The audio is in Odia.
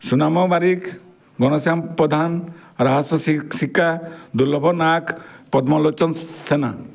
ସୁନାମ ବାରିକ୍ ଘନଶ୍ୟାମ ପ୍ରଧାନ୍ ରାହାସ ଶିକା ଦୁର୍ଲଭ ନାଗ୍ ପଦ୍ମଲୋଚନ ସେନା